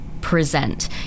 present